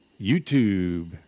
YouTube